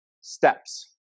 steps